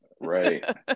Right